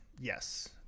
yes